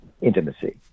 intimacy